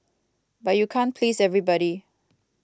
but you can't please everybody